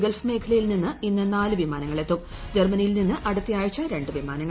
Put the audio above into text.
Gulf മേഖലയിൽ നിന്ന് ഇന്ന് നാല് വിമാനങ്ങളെത്തും ജർമ്മനിയിൽ നിന്ന് അടുത്തയാഴ്ച വിമാനങ്ങൾ